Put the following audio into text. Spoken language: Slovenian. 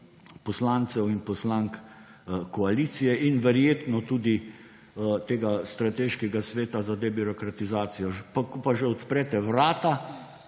poslancev in poslank koalicije in verjetno tudi Strateškega sveta za debirokratizacijo. Ko pa že odprete vrata